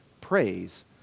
praise